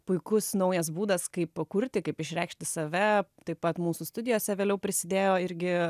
puikus naujas būdas kaip kurti kaip išreikšti save taip pat mūsų studijose vėliau prisidėjo irgi